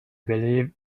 believe